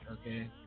Okay